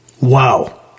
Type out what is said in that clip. Wow